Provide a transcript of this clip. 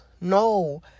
no